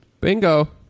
Bingo